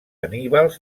anníbal